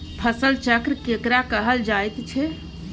फसल चक्र केकरा कहल जायत छै?